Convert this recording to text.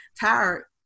Tired